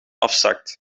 afzakt